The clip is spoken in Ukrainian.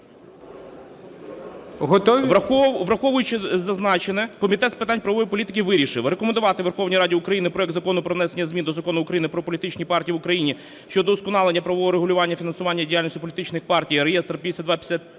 Враховуючи зазначене, Комітет з питань правової політики вирішив рекомендувати Верховній Раді України проект Закону про внесення змін до Закону України "Про політичні партії в Україні" щодо удосконалення правового регулювання фінансування діяльності політичних партій (реєстр 5253-1)